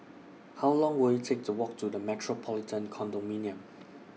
How Long Will IT Take to Walk to The Metropolitan Condominium